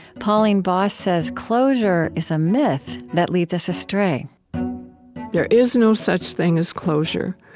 pauline boss says closure is a myth that leads us astray there is no such thing as closure.